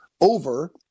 over